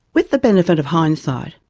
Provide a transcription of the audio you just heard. with the benefit of hindsight,